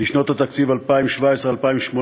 לשנות 2017 ו-2018,